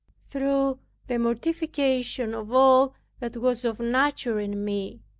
through the mortification of all that was of nature in me,